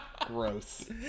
Gross